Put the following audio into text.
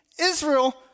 Israel